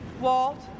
Walt